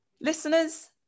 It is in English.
Listeners